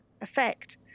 effect